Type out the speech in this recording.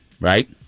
Right